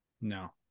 no